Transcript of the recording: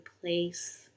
place